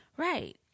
Right